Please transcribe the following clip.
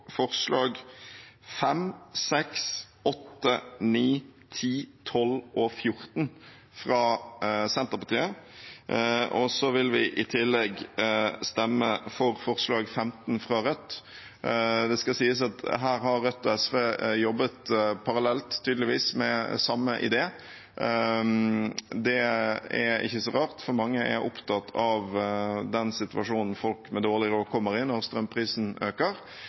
forslag nr. 15, fra Rødt. Det skal sies at her har Rødt og SV tydeligvis jobbet parallelt med samme idé. Det er ikke så rart, for mange er opptatt av den situasjonen folk med dårlig råd kommer i når strømprisen øker.